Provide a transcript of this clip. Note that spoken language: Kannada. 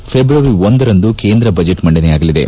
ಫೆಬ್ರವರಿ ಒಂದರಂದು ಕೇಂದ್ರ ಬಜೆಟ್ ಮಂಡನೆಯಾಗಲಿದೆ